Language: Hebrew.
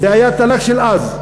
זה היה התל"ג של אז.